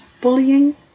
bullying